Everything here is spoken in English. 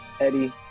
Eddie